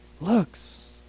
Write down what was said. looks